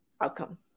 outcome